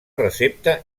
recepta